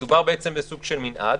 מדובר בסוג של מנעד,